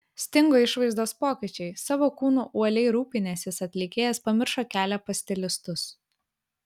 stingo išvaizdos pokyčiai savo kūnu uoliai rūpinęsis atlikėjas pamiršo kelią pas stilistus